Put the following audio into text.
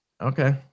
Okay